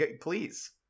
Please